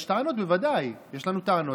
בוודאי, יש לנו טענות.